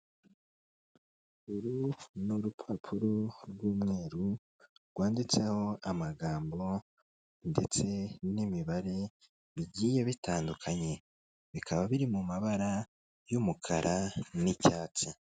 Uru ni urupapuro rw'umweru rwanditseho amagambo ndetse n'imibare bigiye bitandukanye, bikaba biri mu mabara y'umukara n'icyatsi.